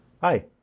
Hi